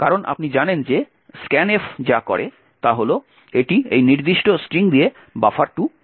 কারণ আপনি জানেন যে scanf যা করে তা হল এটি এই নির্দিষ্ট স্ট্রিং দিয়ে বাফার2 পূরণ করবে